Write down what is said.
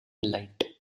light